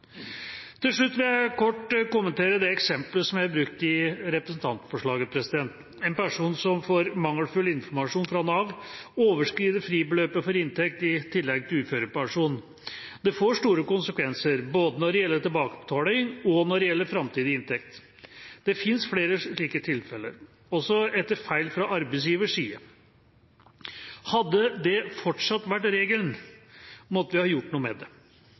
Til slutt vil jeg kort kommentere det eksempelet som er brukt i representantforslaget. En person som får mangelfull informasjon fra Nav, overskrider fribeløpet for inntekt i tillegg til uførepensjon. Det får store konsekvenser både når det gjelder tilbakebetaling, og når det gjelder framtidig inntekt. Det fins flere slike tilfeller, også etter feil fra arbeidsgivers side. Hadde det fortsatt vært regelen, måtte vi ha gjort noe med det.